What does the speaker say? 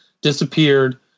disappeared